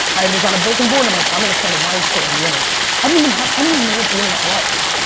i was on a bulletin board i'm like i'm going to start a wine store on the internet. i didn't even i mean know what the internet was.